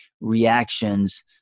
reactions